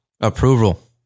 approval